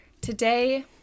today